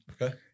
Okay